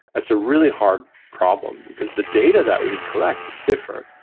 that's a really hard problem, because the data that we collect is different.